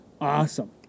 Awesome